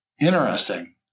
interesting